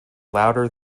louder